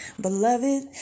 Beloved